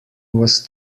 was